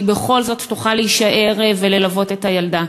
בכל זאת תוכל להישאר וללוות את הילדה.